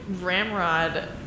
Ramrod